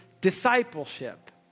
discipleship